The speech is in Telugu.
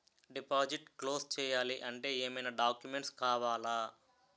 డిపాజిట్ క్లోజ్ చేయాలి అంటే ఏమైనా డాక్యుమెంట్స్ కావాలా?